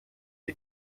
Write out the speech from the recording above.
die